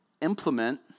implement